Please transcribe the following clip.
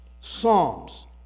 psalms